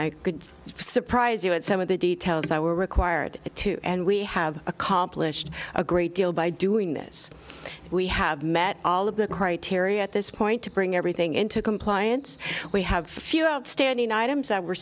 could surprise you at some of the details i were required to and we have accomplished a great deal by doing this we have met all of the criteria at this point to bring everything into compliance we have a few outstanding items that we're